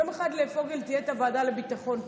יום אחד לפוגל תהיה הוועדה לביטחון פנים,